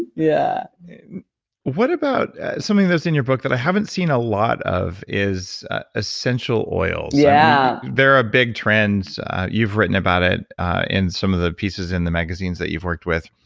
yeah what about something that's in your book that i haven't seen a lot of is essential oils yeah there are ah big trends you've written about it in some of the pieces in the magazines that you've worked with.